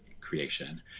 creation